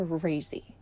crazy